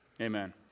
Amen